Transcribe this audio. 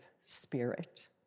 spirit